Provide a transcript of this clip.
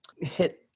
hit